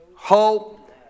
hope